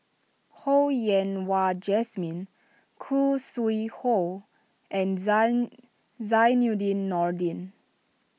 Ho Yen Wah Jesmine Khoo Sui Hoe and Zainudin Nordin